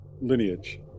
lineage